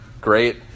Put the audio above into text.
great